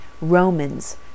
Romans